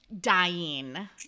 dying